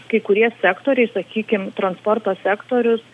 kai kurie sektoriai sakykim transporto sektorius